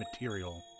material